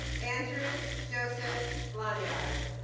andrew joseph bloniarz